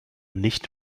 nicht